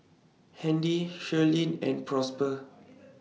Handy Sherilyn and Prosper